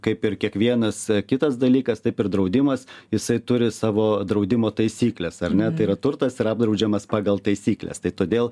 kaip ir kiekvienas kitas dalykas taip ir draudimas jisai turi savo draudimo taisykles ar ne tai yra turtas yra apdraudžiamas pagal taisykles tai todėl